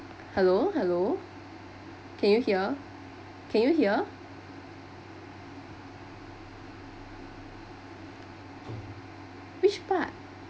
hello hello can you hear can you hear which part